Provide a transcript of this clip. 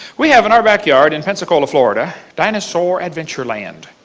we have in our back yard in pensacola, florida dinosaur adventure land.